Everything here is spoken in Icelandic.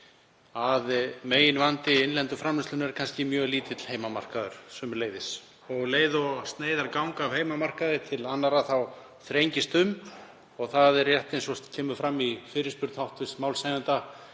að meginvandi innlendu framleiðslunnar er kannski mjög lítill heimamarkaður. Um leið og sneiðar ganga af heimamarkaði til annarra þá þrengist um og það er rétt, eins og kemur fram í fyrirspurn hv. málshefjanda,